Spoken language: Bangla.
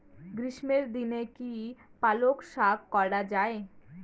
গ্রীষ্মের দিনে কি পালন শাখ করা য়ায়?